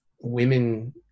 women